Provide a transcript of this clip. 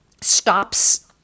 stops